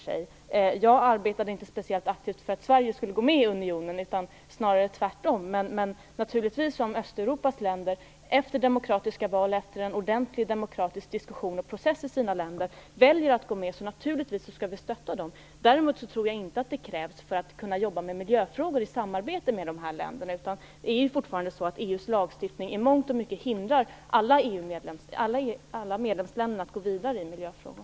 Själv arbetade jag inte speciellt aktivt för att Sverige skulle gå med i unionen, snarare tvärtom. Men om Östeuropas länder efter demokratiska val och efter en ordentlig demokratisk diskussion och process där väljer att gå med, skall vi naturligtvis stötta dem. Däremot tror jag inte att detta krävs för att man skall kunna jobba med miljöfrågor i samarbete med de här länderna. EU:s lagstiftning hindrar ju fortfarande i mångt och mycket alla medlemsländerna att gå vidare i miljöfrågan.